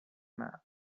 man